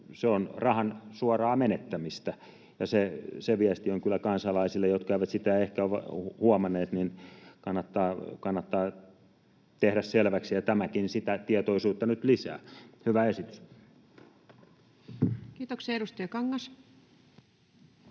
Se on rahan suoraa menettämistä. Se viesti kannattaa kyllä kansalaisille, jotka eivät sitä ehkä ole huomanneet, tehdä selväksi, ja tämäkin sitä tietoisuutta nyt lisää. Hyvä esitys. Kiitoksia. — Edustaja Kangas.